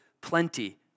plenty